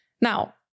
Now